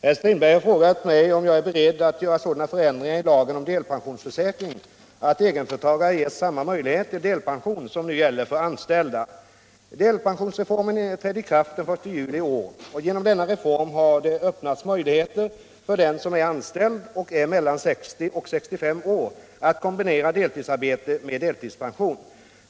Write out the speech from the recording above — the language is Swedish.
Herr talman! Herr Strindberg har frågat mig om jag är beredd att göra sådan förändring i lagen om delpensionsförsäkring att egenföretagare ges samma möjlighet till delpension som nu gäller för anställda. Delpensionsreformen trädde i kraft den 1 juli i år. Genom denna reform har det öppnats möjlighet för den som är anställd och är mellan 60 och 65 år att kombinera deltidsarbete med delpension.